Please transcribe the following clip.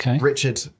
Richard